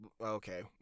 okay